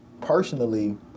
Personally